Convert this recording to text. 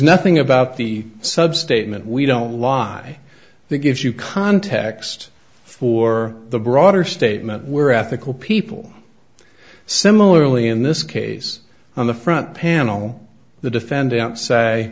nothing about the sub statement we don't lie that gives you context for the broader statement we're ethical people similarly in this case on the front panel the defendant say